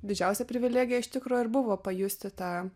didžiausia privilegija iš tikro ir buvo pajusti tą